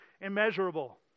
immeasurable